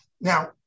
Now